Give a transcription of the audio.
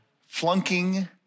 Flunking